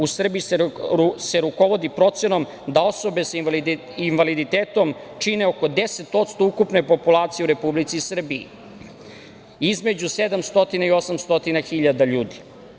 U Srbiji se rukovodi procenom da osobe sa invaliditetom čine oko 10% ukupne populacije u Republici Srbiji, između 700 i 800 hiljada ljudi.